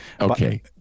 Okay